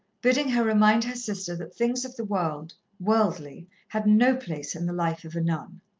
bidding her remind her sister that things of the world, worldly, had no place in the life of a nun.